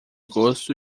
gosto